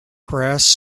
grass